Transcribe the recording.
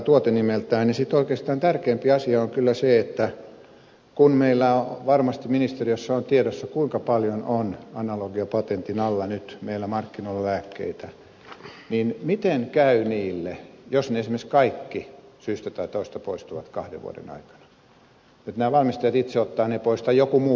sitten oikeastaan tärkeämpi asia on kyllä se että kun meillä varmasti ministeriössä on tiedossa kuinka paljon on analogiapatentin alla nyt meillä markkinoilla lääkkeitä niin miten käy niille jos ne esimerkiksi kaikki syystä tai toisesta poistuvat kahden vuoden aikana nämä valmistajat itse ottavat ne pois tai joku muu poistaa